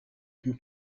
lui